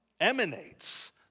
emanates